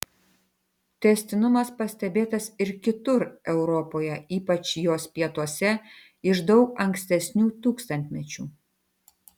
tęstinumas pastebėtas ir kitur europoje ypač jos pietuose iš daug ankstesnių tūkstantmečių